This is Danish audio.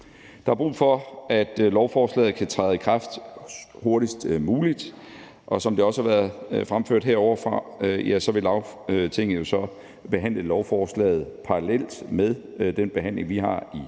Der er brug for, at lovforslaget kan træde i kraft hurtigst muligt, og som det også har været fremført, vil Lagtinget jo så behandle lovforslaget parallelt med den behandling, vi har i